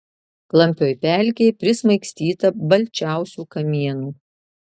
klampioj pelkėj prismaigstyta balčiausių kamienų